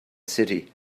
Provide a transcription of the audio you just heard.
city